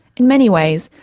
in many ways,